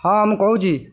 ହଁ ମୁଁ କହୁଛି